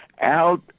Out